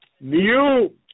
new